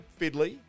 fiddly